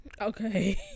Okay